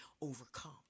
overcome